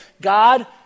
God